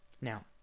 Now